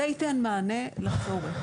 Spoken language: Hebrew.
זה ייתן מענה לצורך,